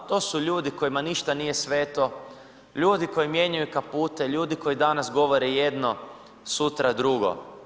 To su ljudi kojima ništa nije sveto, ljudi koji mijenjaju kapute, ljudi koji danas govore jedno, sutra drugo.